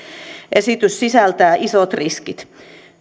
esitys sisältää isot riskit